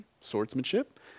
swordsmanship